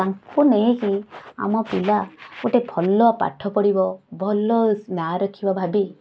ତାଙ୍କୁ ନେଇକି ଆମ ପିଲା ଗୋଟେ ଭଲ ପାଠପଢ଼ିବ ଭଲ ନାଁ ରଖିବ ଭାବି